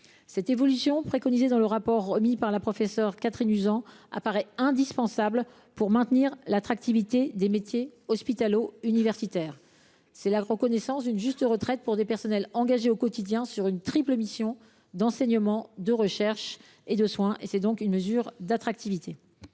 Cette évolution, préconisée dans le rapport remis par la professeure Catherine Uzan, apparaît indispensable pour maintenir l’attractivité des métiers hospitalo universitaires. C’est la reconnaissance d’une juste retraite pour des personnels engagés au quotidien dans une triple mission d’enseignement, de recherche et de soins. C’est une mesure d’attractivité.